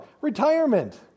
retirement